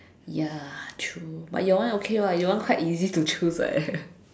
ya true but your one okay lah your one quite easy to choose eh